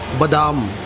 badam,